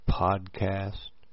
podcast